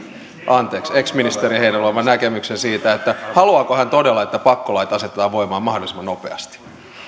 anteeksi ex ministeri heinäluoman näkemyksen siitä haluaako hän todella että pakkolait asetetaan voimaan mahdollisimman nopeasti